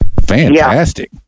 Fantastic